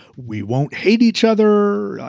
we won't hate each other.